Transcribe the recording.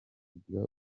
kugira